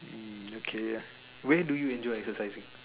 mm okay ya where do you enjoy exercising